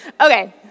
Okay